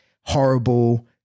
horrible